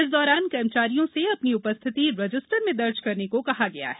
इस दौरान कर्मचारियों से अपनी उपस्थिति रजिस्टर में दर्ज करने को कहा गया है